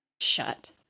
shut